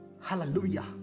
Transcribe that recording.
hallelujah